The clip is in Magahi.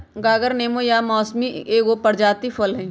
गागर नेबो आ मौसमिके एगो प्रजाति फल हइ